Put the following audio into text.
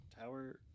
Tower